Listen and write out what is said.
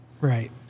Right